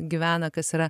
gyvena kas yra